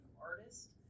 artist